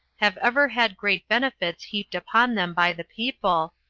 have ever had great benefits heaped upon them by the people,